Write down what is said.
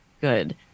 good